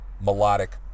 melodic